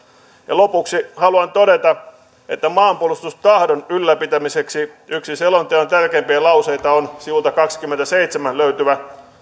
lopuksi haluan todeta että maanpuolustustahdon ylläpitämiseksi yksi selonteon tärkeimpiä lauseita on sivulta kaksikymmentäseitsemän löytyvä lause